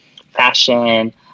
fashion